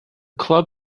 club